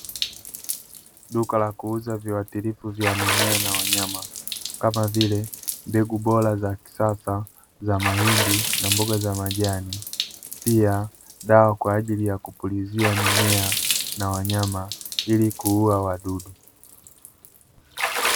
Duka la kuuza viwatilifu vya mimea na wanyama kama vile, mbegu bora za kisasa za mahindi na mboga za majani pia dawa kwa ajili kupulizia mimea na wanyama kwa ili kuua wadudu.